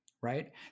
right